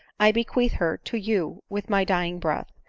i bequeath her to you with my dying breath.